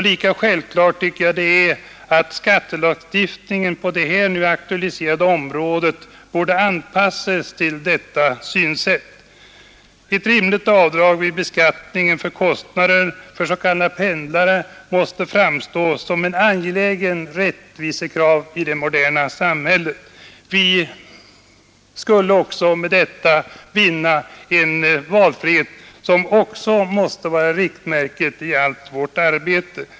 Lika självklart tycker jag det är att skattelagstiftningen på det här aktualiserade området anpassas till detta synsätt. Ett rimligt avdrag vid beskattningen för kostnader för s.k. pendlare måste framstå som ett angeläget rättvisekrav i det moderna samhället. Vi skulle också därmed vinna den valfrihet som måste vara ett riktmärke i allt vårt arbete.